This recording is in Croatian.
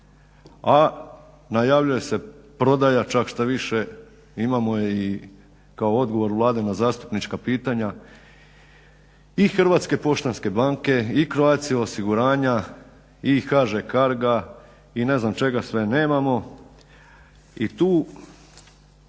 a najavljuje se prodaja čak štoviše imamo je i kao odgovor Vlade na zastupnička pitanja i HPB-a i Croatia Osiguranja i HŽ Cargo-a i ne znam čega sve nemamo. I tu